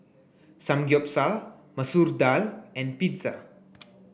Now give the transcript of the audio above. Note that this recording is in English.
Samgyeopsal Masoor Dal and Pizza